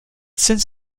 since